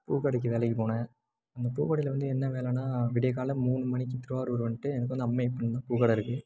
பூக்கடைக்கு வேலைக்கு போனேன் அந்த பூக்கடையில வந்து என்ன வேலன்னா விடியக்காலைல மூணு மணிக்கு திருவாரூர் வந்துட்டு எனக்கு வந்து அம்மையப்பன்னு பூக்கடை இருக்குது